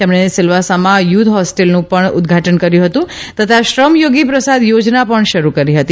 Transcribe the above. તેમણે સિલવાસામાં યુથ હોસ્ટેલનું પણ ઉદઘાટન કર્યુ હતું તથા શ્રમથોગી પ્રસાદ થોજના પણ શરૂ કરી હતી